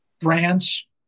branch